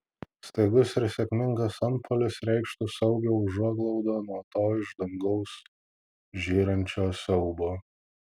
staigus ir sėkmingas antpuolis reikštų saugią užuoglaudą nuo to iš dangaus žyrančio siaubo